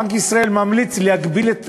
בנק ישראל ממליץ להגביל את